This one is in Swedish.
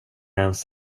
ens